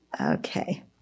Okay